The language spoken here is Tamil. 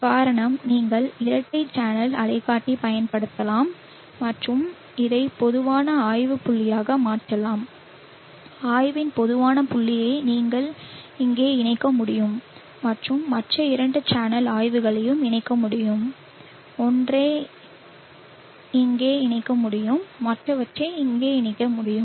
காரணம் நீங்கள் இரட்டை சேனல் அலைக்காட்டி பயன்படுத்தலாம் மற்றும் இதை பொதுவான ஆய்வு புள்ளியாக மாற்றலாம் ஆய்வின் பொதுவான புள்ளியை இங்கே இணைக்க முடியும் மற்றும் மற்ற இரண்டு சேனல் ஆய்வுகளையும் இணைக்க முடியும் ஒன்றை இங்கே இணைக்க முடியும் மற்றவற்றை இங்கே இணைக்க முடியும்